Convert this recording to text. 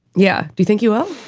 yeah. do you think you will?